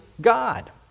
god